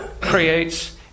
creates